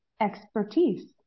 expertise